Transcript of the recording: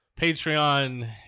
patreon